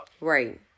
Right